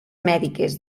mèdiques